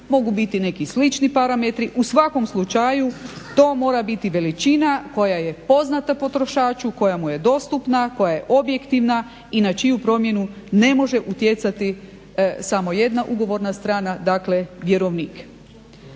mogu biti neki slični parametri, u svakom slučaju to mora biti veličina koja je poznata potrošaču, koja mu je dostupna, koja je objektivna i na čiju promjenu ne može utjecati samo jedna ugovorna strana, dakle vjerovnik.